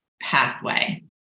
pathway